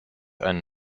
ein